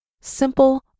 Simple